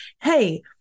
hey